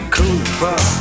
Cooper